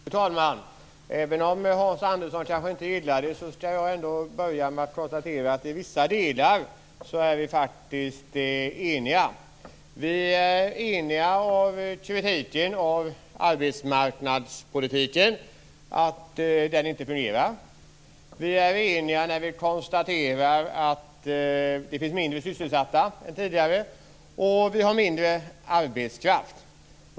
Fru talman! Även om Hans Andersson inte gillar det skall jag börja med att konstatera att vi i vissa delar faktiskt är eniga. Vi är eniga om kritiken av arbetsmarknadspolitiken, att den inte fungerar. Vi är eniga när vi konstaterar att det finns färre sysselsatta än tidigare och att vi har mindre arbetskraft.